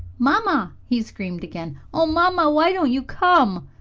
mamma! he screamed again. oh, mamma, why don't you come?